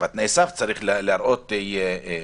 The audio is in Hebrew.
בתנאי הסף צריך להראות ניסיון,